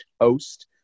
host